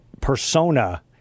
persona